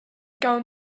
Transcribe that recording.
gawn